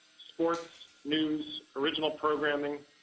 sports, news, original programming,